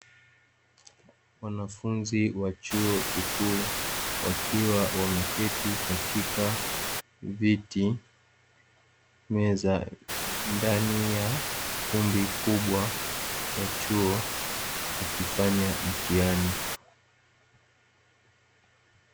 Wanafunzi wa chuo kikuu wakiwa wameketi katika viti, meza ndani ya kumbi kubwa ya chuo wakifanya mtihani.